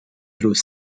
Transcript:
through